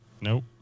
Nope